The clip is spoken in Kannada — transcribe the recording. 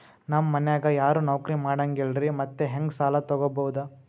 ನಮ್ ಮನ್ಯಾಗ ಯಾರೂ ನೌಕ್ರಿ ಮಾಡಂಗಿಲ್ಲ್ರಿ ಮತ್ತೆಹೆಂಗ ಸಾಲಾ ತೊಗೊಬೌದು?